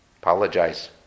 Apologize